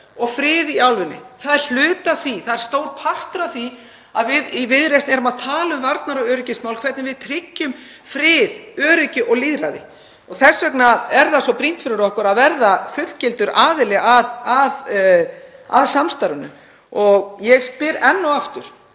og frið í álfunni. Það er hluti af því. Það er stór partur af því að við í Viðreisn erum að tala um varnar- og öryggismál, hvernig við tryggjum frið, öryggi og lýðræði. Þess vegna er það svo brýnt fyrir okkur að verða fullgildur aðili að samstarfinu. Ég spyr enn og aftur: